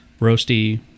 roasty